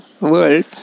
world